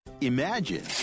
Imagine